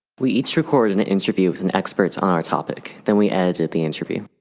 we each recorded an an interview with an expert on our topic, then we edited the interview.